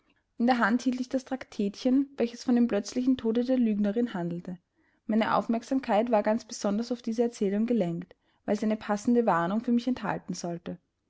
in der hand hielt ich das traktätchen welches von dem plötzlichen tode der lügnerin handelte meine aufmerksamkeit war ganz besonders auf diese erzählung gelenkt weil sie eine passende warnung für mich enthalten sollte